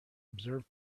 observe